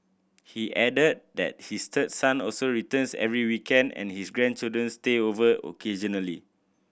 he added that his third son also returns every weekend and his grandchildren stay over occasionally